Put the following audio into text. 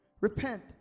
Repent